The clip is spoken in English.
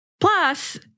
Plus